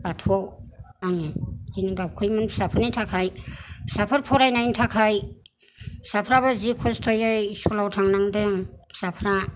बाथौआव आङो बिदिनो फिसाफोरनि थाखाय फिसाफोर फरायनायनि थाखाय फिसाफ्राबो जि खसथयै स्कुलाव थांनांदों फिसाफोरा